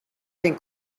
den